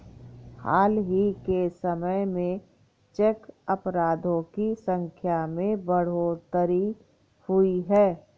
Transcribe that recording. हाल ही के समय में चेक अपराधों की संख्या में बढ़ोतरी हुई है